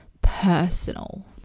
personal